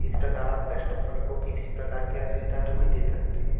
इस प्रकार आप कस्टमर को किसी प्रकार की असुविधा थोड़ी दे सकते हैं